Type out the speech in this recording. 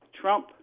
Trump